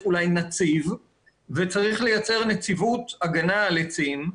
אולי נציב וצריך לייצר נציבות הגנה על עצים.